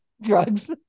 drugs